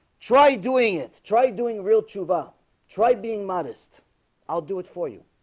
try doing it try doing real chuhwa try being modest i'll do it for you,